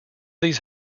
these